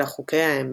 אלא חוקי האמת,